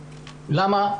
למה?